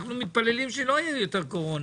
אנחנו מתפללים שלא יהיה יותר קורונה.